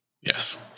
Yes